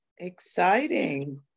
exciting